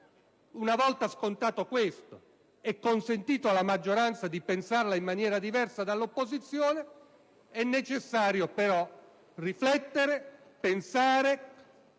Una volta acclarato questo dato, e consentito alla maggioranza di pensarla in modo diverso dall'opposizione, è necessario però riflettere, pensare,